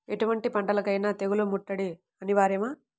ఎటువంటి పంటలకైన తెగులు ముట్టడి అనివార్యమా?